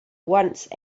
once